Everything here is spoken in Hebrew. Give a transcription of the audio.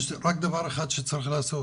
יש רק דבר אחד שצריך לעשות: